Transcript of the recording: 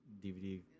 DVD